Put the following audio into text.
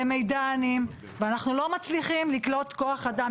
למידענים ואנחנו לא מצליחים לקלוט כוח אדם.